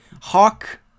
Hawk